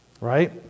right